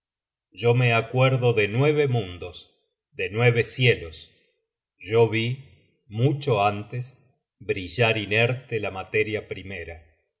yo me acuerdo de nueve mundos de nueve cielos yo vi mucho antes brillar inerte la materia primera